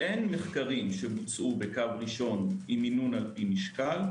אין מחקרים שבוצעו בקו ראשון עם מינון על-פי משקל.